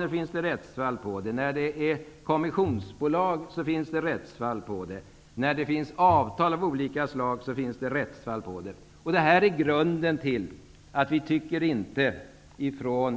Det finns dock rättsfall som gäller bulvaner, kommissionsbolag och avtal av olika slag. Detta är bakgrunden till att utskottet nu inte tycker